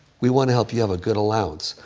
we want to help you have a good allowance,